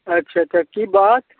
अच्छा अच्छा की बात